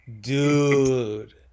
Dude